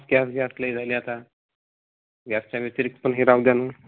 gas gas gas लय झालं आहे आता गॅसच्या व्यतिरिक्त पण हे राहू द्या ना